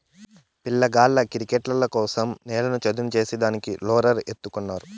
పిల్లగాళ్ళ కిరికెట్టాటల కోసరం నేల చదును చేసే దానికి రోలర్ ఎత్తుకున్నారు